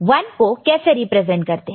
1 को ऐसे रिप्रेजेंट करते हैं